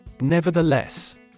Nevertheless